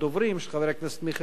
של חבר הכנסת מיכאל בן-ארי,